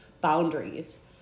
boundaries